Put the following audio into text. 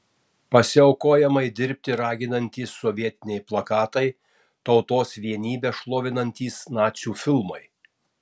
pasiaukojamai dirbti raginantys sovietiniai plakatai tautos vienybę šlovinantys nacių filmai